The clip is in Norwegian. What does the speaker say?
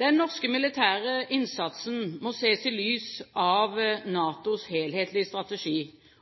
Den norske militære innsatsen må ses i lys av NATOs helhetlige strategi,